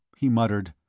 he muttered.